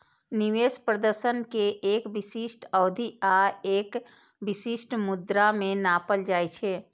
निवेश प्रदर्शन कें एक विशिष्ट अवधि आ एक विशिष्ट मुद्रा मे नापल जाइ छै